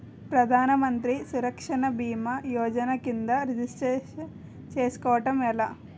ప్రధాన మంత్రి సురక్ష భీమా యోజన కిందా రిజిస్టర్ చేసుకోవటం ఎలా?